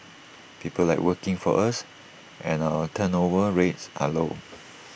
people like working for us and our turnover rates are low